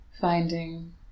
finding